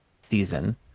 season